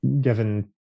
given